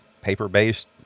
paper-based